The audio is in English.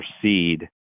proceed